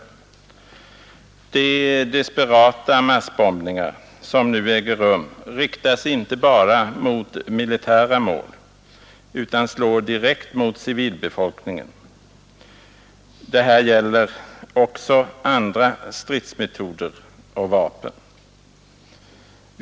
De desperata massbombningar som nu äger rum riktas inte bara mot militära mål utan slår direkt mot civilbefolkning. Detta gäller också andra stridsmetoder och vapen.